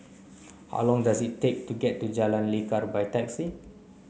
how long does it take to get to Jalan Lekar by taxi